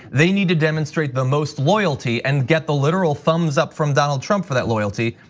they need to demonstrate the most loyalty and get the literal thumbs up from donald trump for that loyalty.